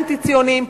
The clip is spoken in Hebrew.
אנטי-ציוניים,